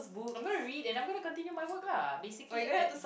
I'm gonna read and I'm gonna continue my work lah basically